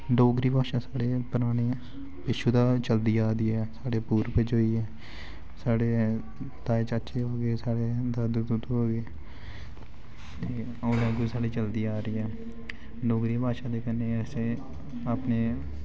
डोगरी भाशा साढ़े पराने पिच्छूं दा चलदी आ दी ऐ साढ़े पूर्वज होई गे साढ़े ताए चाचे होई गे साढ़े दादे दूदे होई गे ओह् लैंग्वेज़ साढ़ी चलदी आ दी ऐ डोगरी भाशा दे कन्नै असें अपने